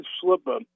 Slipper